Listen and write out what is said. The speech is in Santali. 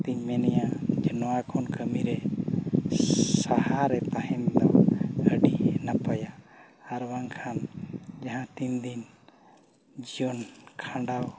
ᱛᱮᱧ ᱢᱮᱱᱮᱜᱼᱟ ᱡᱮ ᱱᱚᱣᱟ ᱠᱷᱚᱱ ᱠᱟᱹᱢᱤᱨᱮ ᱥᱟᱦᱟᱨᱮ ᱛᱟᱦᱮᱱ ᱫᱚ ᱟᱹᱰᱤ ᱱᱟᱯᱟᱭᱟ ᱟᱨ ᱵᱟᱝᱠᱷᱟᱱ ᱡᱟᱦᱟᱸ ᱛᱤᱱ ᱫᱤᱱ ᱡᱤᱭᱚᱱ ᱠᱷᱟᱸᱰᱟᱣ